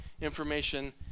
information